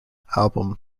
album